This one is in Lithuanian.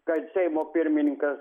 kad seimo pirmininkas